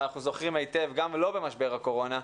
אבל אנחנו זוכרים היטב גם לא במשבר הקורונה,